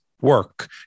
work